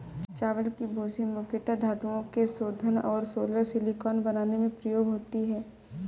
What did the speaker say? चावल की भूसी मुख्यता धातुओं के शोधन और सोलर सिलिकॉन बनाने में प्रयोग होती है